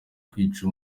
kwica